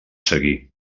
seguir